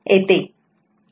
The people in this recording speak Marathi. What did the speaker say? येते